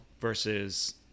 versus